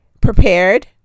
prepared